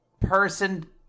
person